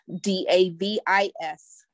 D-A-V-I-S